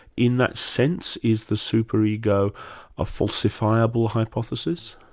in that sense, is the super ego a falsifiable hypothesis?